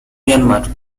myanmar